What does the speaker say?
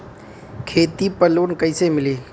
खेती पर लोन कईसे मिली?